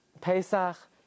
Pesach